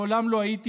מעולם לא הייתי,